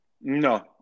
No